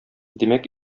димәк